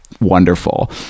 wonderful